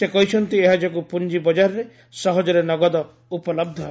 ସେ କହିଛନ୍ତି ଏହା ଯୋଗୁଁ ପୁଞ୍ଜି ବଜାରରେ ସହଜରେ ନଗଦ ଉପଲବ୍ଧ ହେବ